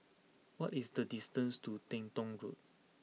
what is the distance to Teng Tong Road